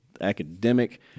academic